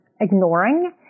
ignoring